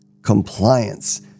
Compliance